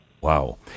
Wow